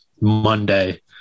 Monday